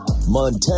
Montana